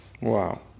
wow